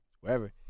wherever